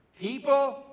People